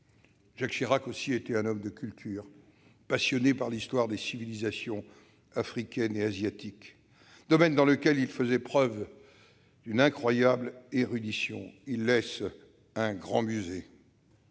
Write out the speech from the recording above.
Jacques Chirac était aussi un homme de culture, passionné par l'histoire des civilisations africaines et asiatiques, domaine dans lequel il faisait preuve d'une incroyable érudition. Il nous laisse un grand musée.